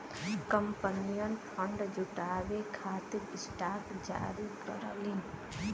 कंपनियन फंड जुटावे खातिर स्टॉक जारी करलीन